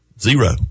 Zero